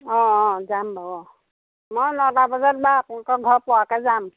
অঁ অঁ যাম বাৰু অ মই নটা বজাত বা আপোনালোকৰ ঘৰ পোৱাকৈ যাম